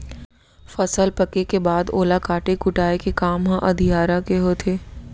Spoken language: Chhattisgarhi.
फसल पके के बाद ओला काटे कुटाय के काम ह अधियारा के होथे